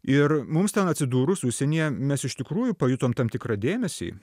ir mums ten atsidūrus užsienyje mes iš tikrųjų pajutom tam tikrą dėmesį